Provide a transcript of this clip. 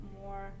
more